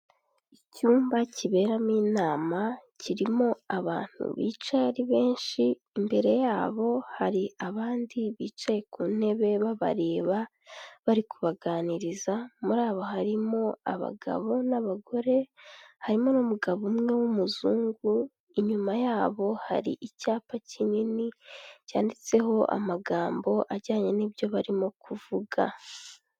Icyumba kiberamo inama kirimo abantu bica ari benshi, imbere yabo hari abandi bicaye ku ntebe babareba bari kubaganiriza, muri bo harimo abagabo n'abagore, harimo n'umugabo umwe w'umuzungu, inyuma yabo hari icyapa kinini cyanditseho amagambo ajyanye n'ibyo barimo kuvuga.